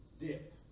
dip